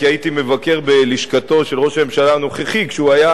כי הייתי מבקר בלשכתו של ראש הממשלה הנוכחי כשהוא היה